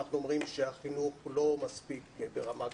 אנחנו אומרים שהחינוך לא מספיק ברמה גבוהה.